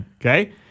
Okay